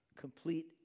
Complete